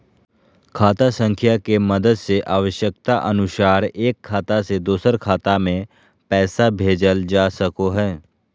खाता संख्या के मदद से आवश्यकता अनुसार एक खाता से दोसर खाता मे पैसा भेजल जा सको हय